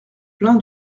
plein